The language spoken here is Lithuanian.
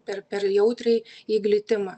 per per jautriai į glitimą